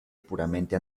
puramente